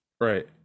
Right